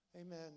Amen